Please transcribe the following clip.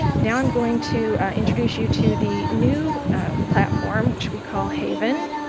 now i'm going to introduce you to the new platform, which we call haven.